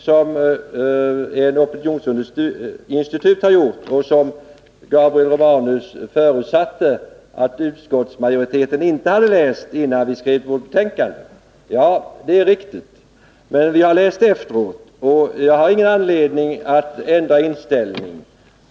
som ett opinionsinstitut har gjort, att utskottsmajoriteten inte hade läst denna innan betänkandet skrevs. Ja, det är riktigt, men vi har läst den efteråt, och jag har ingen anledning att ändra inställning.